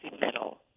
middle